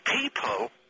people